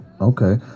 Okay